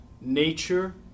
nature